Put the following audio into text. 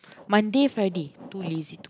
Monday Friday too lazy to cook